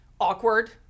awkward